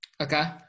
Okay